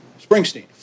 Springsteen